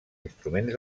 instruments